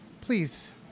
Please